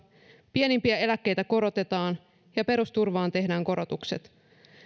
pienimpiä eläkkeitä korotetaan ja perusturvaan tehdään korotukset